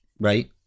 right